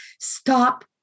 stop